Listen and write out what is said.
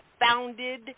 founded